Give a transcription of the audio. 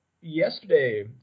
yesterday